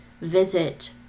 visit